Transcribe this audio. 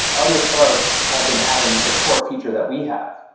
other folks have been adding the core feature that we have.